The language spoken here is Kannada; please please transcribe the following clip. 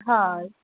ಹಾಂ